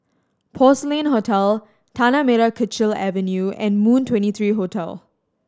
Porcelain Hotel Tanah Merah Kechil Avenue and Moon Twenty three Hotel